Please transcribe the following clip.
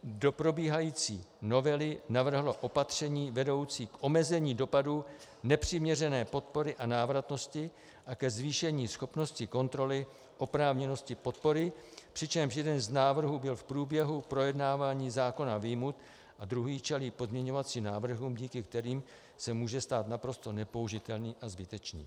Do probíhající novely navrhlo opatření vedoucí k omezení dopadů nepřiměřené podpory a návratnosti a ke zvýšení schopnosti kontroly oprávněnosti podpory, přičemž jeden z návrhů byl v průběhu projednávání zákona vyjmut a druhý čelí pozměňovacím návrhům, díky kterým se může stát naprosto nepoužitelný a zbytečný.